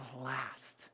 last